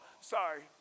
sorry